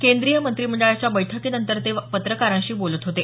केंद्रीय मंत्रिमंडळाच्या बैठकीनंतर ते पत्रकारांशी बोलत होते